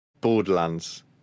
borderlands